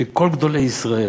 של כל גדולי ישראל.